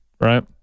right